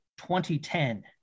2010